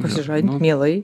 pasižadint mielai